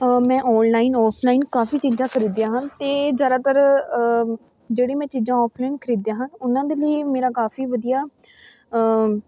ਮੈਂ online offline ਕਾਫੀ ਚੀਜ਼ਾਂ ਖਰੀਦੀਆਂ ਹਨ ਅਤੇ ਜ਼ਿਆਦਾਤਰ ਜਿਹੜੀ ਮੈਂ ਚੀਜ਼ਾਂ ਔਫਲਾਈਨ ਖਰੀਦੀਆਂ ਹਨ ਉਹਨਾਂ ਦੇ ਲਈ ਮੇਰਾ ਕਾਫੀ ਵਧੀਆ